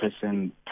person